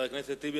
חבר הכנסת טיבי,